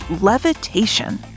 levitation